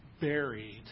buried